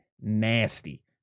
nasty